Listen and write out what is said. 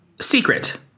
Secret